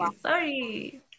sorry